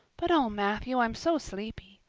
but, oh, matthew, i'm so sleepy.